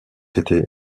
été